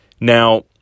Now